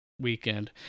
weekend